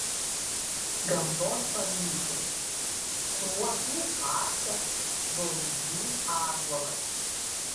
gamtos paminklai kruopių parkas dovydžių ąžuolas